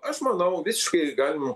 aš manau visiškai galima